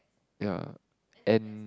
ya and